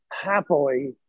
happily